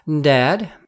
Dad